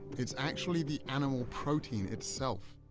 it's actually the animal protein itself.